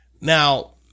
Now